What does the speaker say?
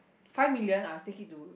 five million I will take it to